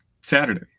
saturday